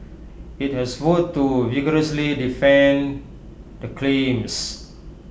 IT has vowed to vigorously defend the claims